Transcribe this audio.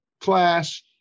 class